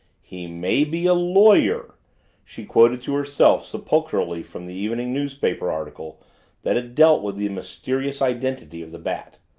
he may be a lawyer she quoted to herself sepulchrally from the evening newspaper article that had dealt with the mysterious identity of the bat.